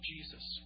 Jesus